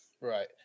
Right